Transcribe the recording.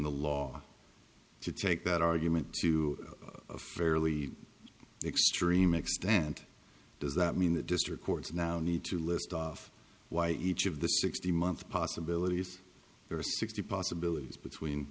the law to take that argument to a fairly extreme extent does that mean the district courts now need to list off why each of the sixty month possibilities there are sixty possibilities between